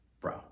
bro